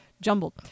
jumbled